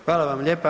Hvala vam lijepa.